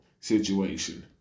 situation